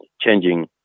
changing